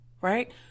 right